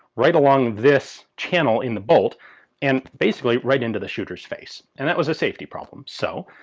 right along this channel in the bolt and basically right into the shooters face. and that was a safety problem. so,